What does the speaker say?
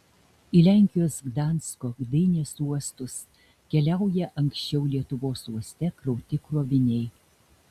į lenkijos gdansko gdynės uostus keliauja anksčiau lietuvos uoste krauti kroviniai